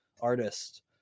artist